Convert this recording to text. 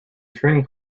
training